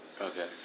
Okay